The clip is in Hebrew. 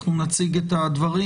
אנחנו נציג את הדברים.